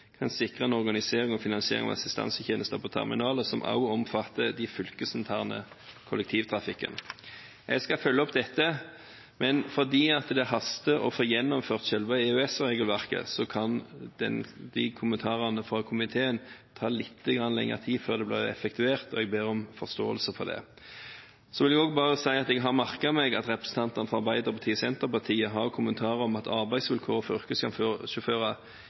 kan sikre en organisering og finansiering av assistansetjenester på terminaler som òg omfatter den fylkesinterne kollektivtrafikken. Jeg skal følge opp dette, men fordi det haster å få gjennomført selve EØS-regelverket, kan det ta litt lengre tid før det komiteen ber om, blir effektuert, og jeg ber om forståelse for det. Jeg vil også si at jeg har merket meg at representantene fra Arbeiderpartiet og Senterpartiet har kommentarer om at arbeidsvilkårene for